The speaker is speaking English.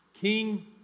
king